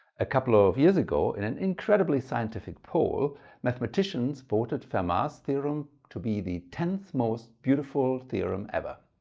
a couple of years ago in an incredibly scientific poll mathematicians voted fermat's theorem to be the tenth most beautiful theorem ever.